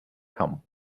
come